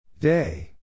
Day